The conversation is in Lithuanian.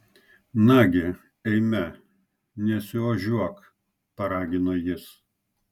nagi eime nesiožiuok paragino jis